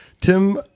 Tim